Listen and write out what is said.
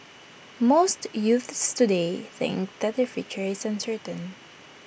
most youths today think that their future is uncertain